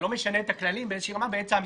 אתה לא משנה את הכללים באיזושהי רמה באמצע המשחק.